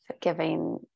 giving